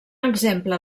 exemple